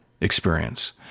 experience